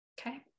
okay